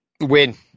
win